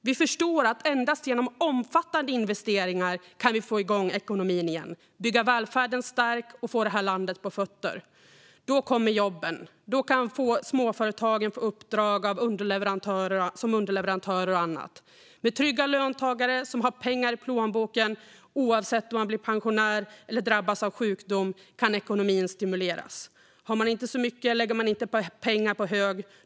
Vi förstår att endast genom omfattande investeringar kan vi få igång ekonomin igen, bygga välfärden stark och få det här landet på fötter. Då kommer jobben. Då kan småföretagen få uppdrag som underleverantörer och annat. Med trygga löntagare som har pengar i plånboken, oavsett om man blir pensionär eller drabbas av sjukdom, kan ekonomin stimuleras. Har man inte så mycket lägger man inte pengar på hög.